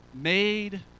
made